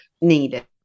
needed